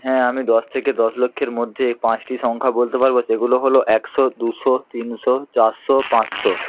হ্যাঁ আমি দশ থেকে দশ লক্ষের মধ্যে পাঁচটি সংখ্যা বলতে পারব সেগুলো হল একশো দুশো তিনশো চারশো পাঁচশো